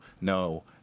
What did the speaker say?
no